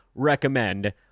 recommend